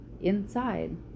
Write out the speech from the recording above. inside